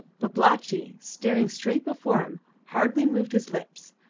babalatchi, staring straight before him, hardly moved his lips,